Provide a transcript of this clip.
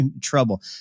trouble